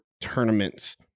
tournaments